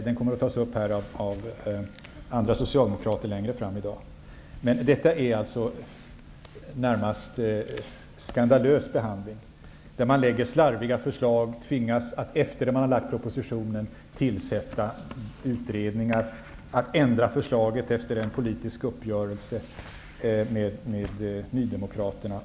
Den kommer att tas upp av andra socialdemokrater längre fram i dag. Det är fråga om en närmast skandalös behandling. Man lägger fram slarviga förslag och tvingas efter det att man har lagt fram propositionen tillsätta utredningar för att ändra förslaget efter en politisk uppgörelse med Nydemokraterna.